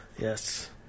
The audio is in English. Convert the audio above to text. Yes